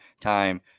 time